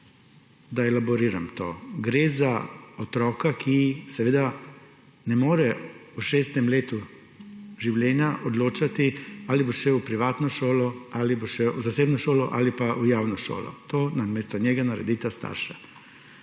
Da elaboriram to – gre za otroka, ki seveda ne more v čestem letu življenja odločati, ali bo šel v privatno, zasebno šolo ali pa v javno šolo. To namesto njega naredita starša.